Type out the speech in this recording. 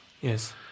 Yes